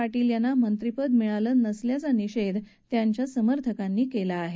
पाटील यांना मंत्रिपद मिळालं नसल्याचा निषेध त्यांच्या समर्थकांनी केला आहे